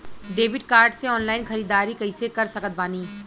Debit card से online ख़रीदारी कैसे कर सकत बानी?